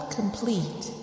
complete